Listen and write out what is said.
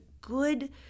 good